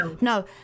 No